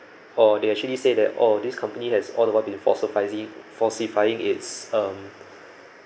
or they actually said that oh this company has all the while been falsifying its um